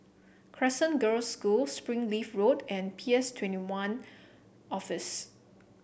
Crescent Girls' School Springleaf Road and P S Twenty One Office